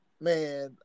man